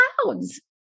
clouds